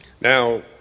Now